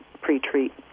pre-treat